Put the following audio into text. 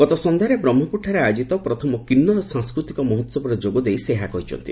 ଗତ ସନ୍ଧ୍ୟାରେ ବ୍ରହ୍କପୁରଠାରେ ଆୟୋଜିତ ପ୍ରଥମ କିନ୍ୱର ସାଂସ୍କୃତିକ ମହୋହବରେ ଯୋଗ ଦେଇ ସେ ଏହା କହିଛନ୍ତି